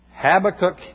Habakkuk